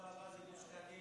בפעם הבאה זה גוש קטיף,